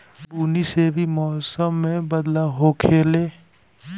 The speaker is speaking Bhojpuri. बुनी से भी मौसम मे बदलाव होखेले